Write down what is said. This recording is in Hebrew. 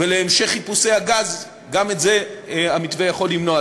ולהמשך חיפושי הגז, גם את זה המתווה יכול למנוע.